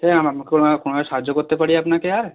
ঠিক আছে ম্যাম কোনোভাবে কোনোভাবে সাহায্য করতে পারি আপনাকে আর